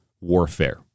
warfare